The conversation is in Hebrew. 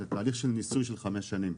זה תהליך ניסויי של חמש שנים.